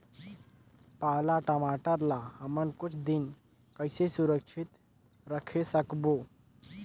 पाला टमाटर ला हमन कुछ दिन कइसे सुरक्षित रखे सकबो?